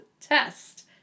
test